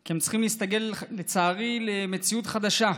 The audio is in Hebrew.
כי הם צריכים להסתגל, לצערי, למציאות חדשה,